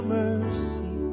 mercy